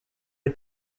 est